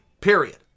Period